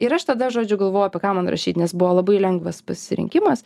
ir aš tada žodžiu galvojau apie ką man rašyt nes buvo labai lengvas pasirinkimas